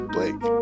Blake